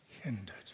hindered